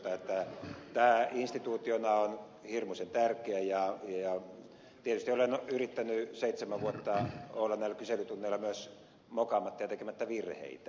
tämä instituutiona on hirmuisen tärkeä ja tietysti olen yrittänyt seitsemän vuotta olla näillä kyselytunneilla myös mokaamatta ja tekemättä virheitä